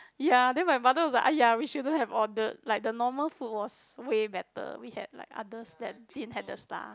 ya then my mother was like !aiya! we shouldn't have ordered like the normal food was way better we had like others that didn't had the star